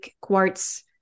quartz